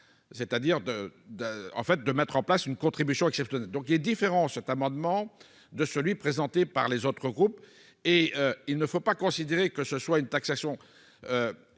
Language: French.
de en fait de mettre en place une contribution exceptionnelle, donc il est différent, cet amendement de celui présenté par les autres groupes, et il ne faut pas considérer que ce soit une taxation forte,